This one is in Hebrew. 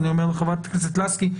אני אומר לחברת הכנסת לסקי,